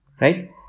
right